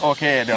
Okay